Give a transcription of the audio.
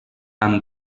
amb